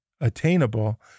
attainable